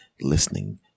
listening